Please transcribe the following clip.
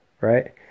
right